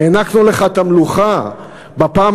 הענקנו לך את המלוכה בפעם